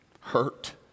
hurt